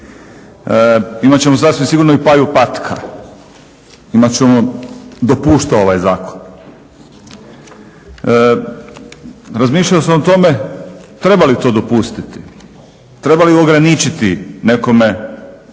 Imat ćemo sasvim sigurno i Paju patka, imat ćemo dopusto ovaj zakon. Razmišljao sam o tome treba li to dopustiti, treba li ograničiti nekome